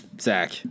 Zach